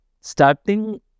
starting